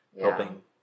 helping